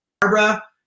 barbara